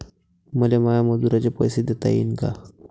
मले माया मजुराचे पैसे देता येईन का?